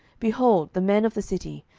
behold, the men of the city,